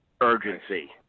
urgency